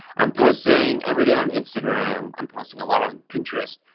i'm posting every day on instagram. i'm posting a lot on pinterest.